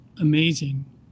amazing